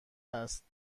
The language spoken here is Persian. است